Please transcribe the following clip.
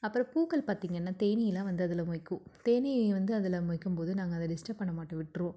அப்புறம் பூக்கள் பார்த்தீங்கன்னா தேனீ எல்லாம் வந்து அதில் மொய்க்கும் தேனீ வந்து அதில் மொய்க்கும் போது நாங்கள் அதை டிஸ்டர்ப் பண்ண மாட்டோம் விட்டுருவோம்